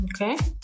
Okay